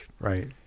Right